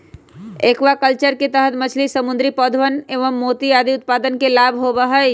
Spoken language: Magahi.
एक्वाकल्चर के तहद मछली, समुद्री पौधवन एवं मोती आदि उत्पादन के लाभ होबा हई